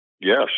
yes